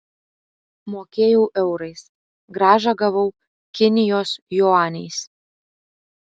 mokėjau eurais grąžą gavau kinijos juaniais